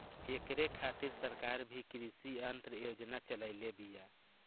ऐकरे खातिर सरकार भी कृषी यंत्र योजना चलइले बिया